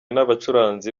n’abacuranzi